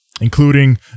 including